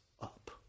up